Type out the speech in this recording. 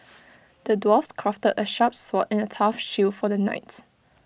the dwarf crafted A sharp sword and A tough shield for the knight